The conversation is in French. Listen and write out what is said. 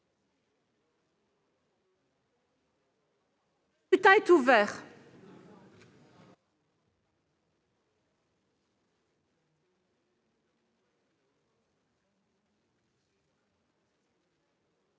Le scrutin est ouvert.